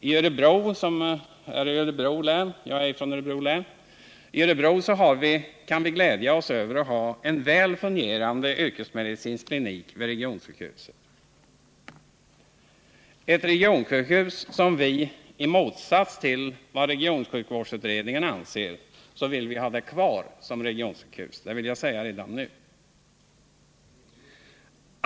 I Örebro kan vi — jag är från Örebro län — glädja oss över att ha en väl fungerande yrkesmedicinsk klinik vid regionsjukhuset. Och det är ett regionsjukhus som vi, i motsats till vad regionsjukvårdsutredningen anser, vill ha kvar som regionsjukhus — det vill jag säga redan nu.